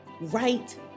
right